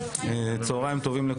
על סדר-היום: